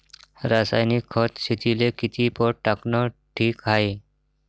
रासायनिक खत शेतीले किती पट टाकनं ठीक हाये?